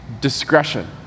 discretion